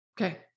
okay